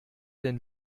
denn